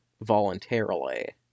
voluntarily